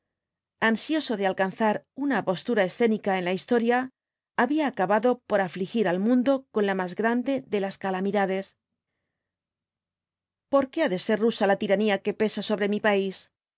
ansioso de alcanzar una postura escénica en la historia había acabado por afligir al mundo con la más grande de las calamidades por qué ha de ser rusa la tiranía que pesa sobre mi país